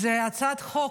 זו הצעת חוק,